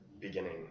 beginning